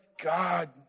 God